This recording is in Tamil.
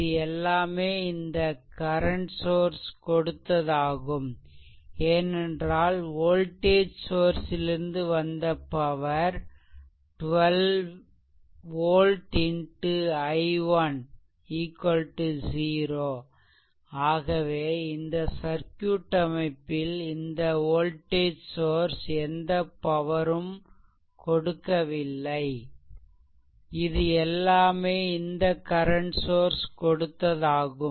இது எல்லாமே இந்த கரண்ட் சோர்ஸ் கொடுத்ததாகும் ஏனென்றால் வோல்டேஜ் சோர்ஸ் லிருந்து வந்த பவர் 12 v x i10 0 ஆகவே இந்த சர்க்யூட் அமைப்பில் இந்த வோல்டேஜ் சோர்ஸ் எந்த ஒரு பவர் ம் கொடுக்கவில்லை இது எல்லாமே இந்த கரண்ட் சோர்ஸ் கொடுத்ததாகும்